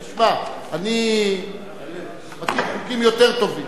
תשמע, אני מכיר חוקים יותר טובים,